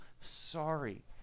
sorry